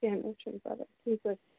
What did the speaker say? کیٚنٛہہ نہٕ حظ چھُنہٕ پرواے ٹھیٖک حظ